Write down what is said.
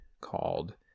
called